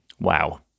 Wow